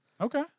Okay